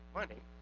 money